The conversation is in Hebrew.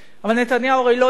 אבל נתניהו הרי לא המציא